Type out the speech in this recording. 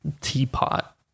teapot